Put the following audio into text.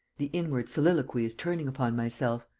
the inward soliloquy is turning upon myself.